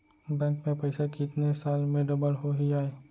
Bank में पइसा कितने साल में डबल होही आय?